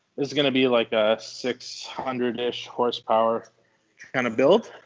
this is gonna be, like a six hundred ish, horsepower kind of build